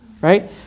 right